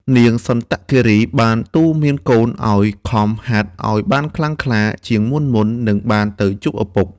នាងសន្តគីរី បានទូន្មានកូនឱ្យខំហាត់ឱ្យបានខ្លាំងក្លាជាងមុនៗនឹងបានទៅជួបឪពុក។